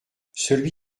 celui